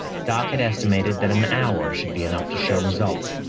doc had estimated that an hour should be enough to show results,